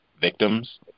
victims